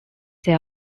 they